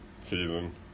season